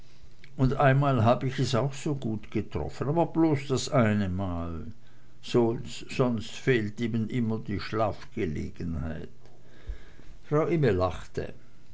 und einmal hab ich es auch so gut getroffen aber bloß das eine mal sonst fehlt eben immer die schlafgelegenheit frau imme lachte